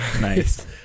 nice